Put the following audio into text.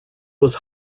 was